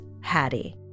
Hattie